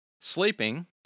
Sleeping